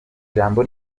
jambo